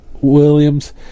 Williams